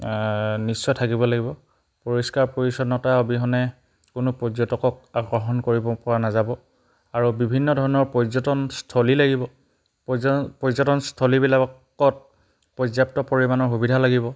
নিশ্চয় থাকিব লাগিব পৰিষ্কাৰ পৰিচ্ছন্নতা অবিহনে কোনো পৰ্যটকক আকৰ্ষণ কৰিবপৰা নাযাব আৰু বিভিন্ন ধৰণৰ পৰ্যটনস্থলী লাগিব পৰ্যটনস্থলীবিলাকত পৰ্যাপ্ত পৰিমাণৰ সুবিধা লাগিব